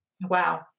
Wow